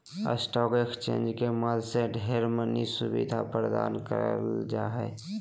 stock exchange के माध्यम से ढेर मनी सुविधा प्रदान करल जा हय